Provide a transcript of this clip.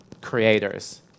creators